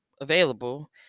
available